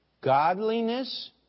Godliness